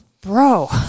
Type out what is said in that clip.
bro